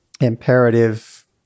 imperative